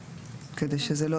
כדי שזה לא